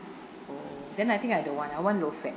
oh then I think I don't want I want low fat